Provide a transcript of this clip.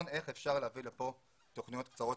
איך אפשר להביא לכאן תוכניות קצרות,